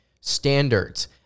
standards